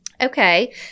Okay